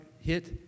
hit